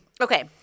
okay